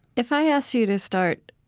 if i ask you to start